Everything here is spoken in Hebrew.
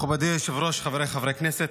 מכובדי היושב-ראש, חבריי חברי הכנסת,